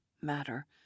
matter